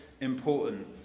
important